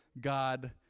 God